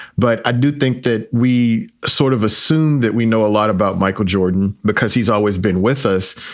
but i do think that we sort of assume that we know a lot about michael jordan because he's always been with us.